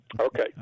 Okay